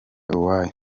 uwoya